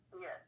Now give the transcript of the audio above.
Yes